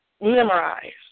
memorize